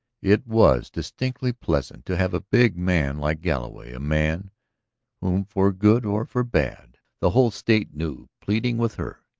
it was distinctly pleasant to have a big man like galloway, a man whom for good or for bad the whole state knew, pleading with her.